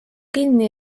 kinni